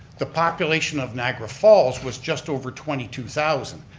the population of niagara falls was just over twenty two thousand.